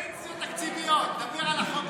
פנסיות תקציביות, דבר על החוק הזה.